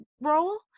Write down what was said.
role